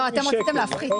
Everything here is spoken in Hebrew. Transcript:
נכון?